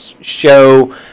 show